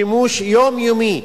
שימוש יומיומי